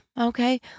okay